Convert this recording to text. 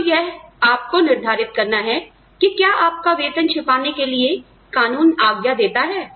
तो यह आपको निर्धारित करना है कि क्या आपका वेतन छिपाने के लिए कानून आज्ञा देता है